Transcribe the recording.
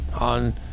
on